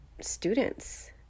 students